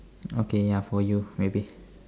okay ya for you maybe